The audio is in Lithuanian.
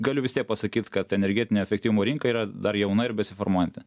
galiu vis tiek pasakyt kad energetinė efektyvumo rinka yra dar jauna ir besiformuojanti